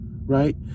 right